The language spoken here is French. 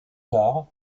tard